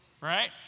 Right